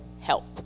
help